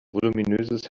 voluminöses